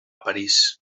parís